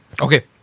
Okay